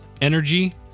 energy